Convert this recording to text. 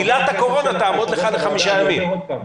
עילת הקורונה תעמוד לך לחמישה ימים.